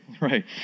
Right